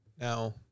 Now